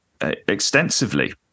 extensively